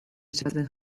izaten